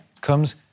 comes